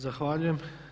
Zahvaljujem.